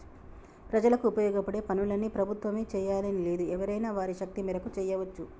ప్రజలకు ఉపయోగపడే పనులన్నీ ప్రభుత్వమే చేయాలని లేదు ఎవరైనా వారి శక్తి మేరకు చేయవచ్చు